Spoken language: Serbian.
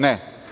Ne.